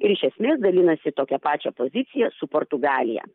ir iš esmės dalinasi tokią pačią poziciją su portugalija